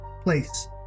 place